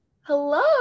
hello